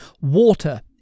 water